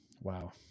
Wow